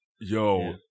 yo